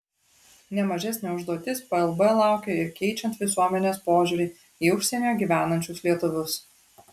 ne mažesnė užduotis plb laukia ir keičiant visuomenės požiūrį į užsienyje gyvenančius lietuvius